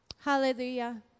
Hallelujah